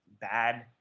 bad